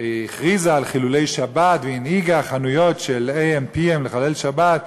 הכריזה על חילולי שבת והנהיגה חנויות של AM:PM לחלל שבת,